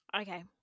Okay